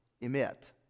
emit